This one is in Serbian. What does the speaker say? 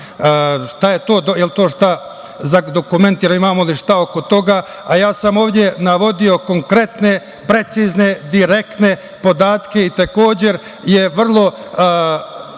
kriminal? Jel to nešto dokumentirano, imamo li šta oko toga, a ja sam ovde navodio konkretne, precizne, direktne podatke i takođe je vrlo